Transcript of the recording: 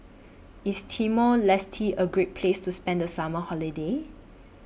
IS Timor Leste A Great Place to spend The Summer Holiday